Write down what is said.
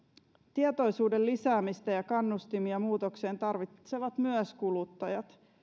tietoisuuden lisäämistä ja kannustimia muutokseen tarvitsevat myös kuluttajat